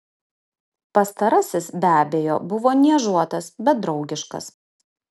pastarasis be abejo buvo niežuotas bet draugiškas